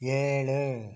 ஏழு